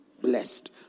blessed